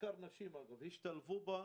בעיקר נשים, אגב השלבו בה.